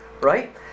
right